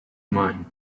mine